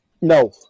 No